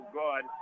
good